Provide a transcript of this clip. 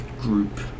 group